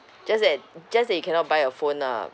just that just that you cannot buy a phone ah